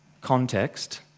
context